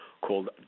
called